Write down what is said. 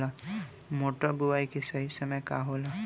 मटर बुआई के सही समय का होला?